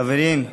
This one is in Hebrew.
חברים,